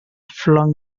flung